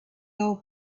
old